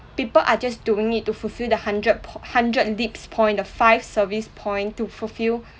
people are just doing it to fulfill the hundred po~ hundred leaps point the five service point to fulfill